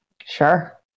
Sure